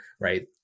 right